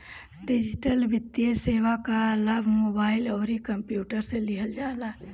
digital वित्तीय सेवा कअ लाभ मोबाइल अउरी कंप्यूटर से लिहल जाला